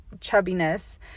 chubbiness